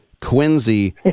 Quincy